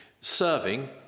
Serving